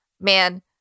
Man